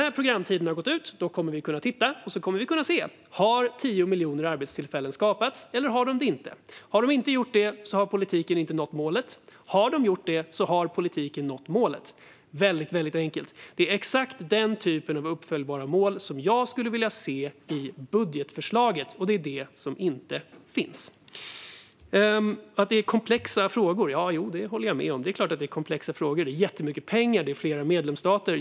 När programtiden har gått ut kommer vi att kunna titta efter och se om 10 miljoner arbetstillfällen har skapats eller inte. Har de inte skapats har politiken inte nått målet, och har de skapats har politiken nått målet - väldigt enkelt. Det är exakt den typen av uppföljbara mål jag skulle vilja se i budgetförslaget, och det är det som inte finns. Att det är komplexa frågor håller jag med om. Det handlar om jättemycket pengar och berör flera medlemsstater.